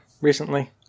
recently